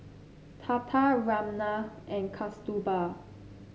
Tata Ramnath and Kasturba